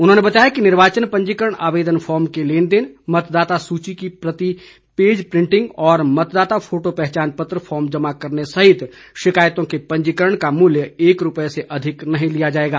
उन्होंने बताया कि निर्वाचन पंजीकरण आवेदन फार्म के लेन देन मतदाना सूची की प्रति पेज प्रिंटिंग मतदाता फोटो पहचान पत्र फार्म जमा करने सहित शिकायतों के पंजीकरण का मूल्य एक रुपये से ज्यादा नहीं लिया जाएगा